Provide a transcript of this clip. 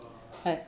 like